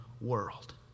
world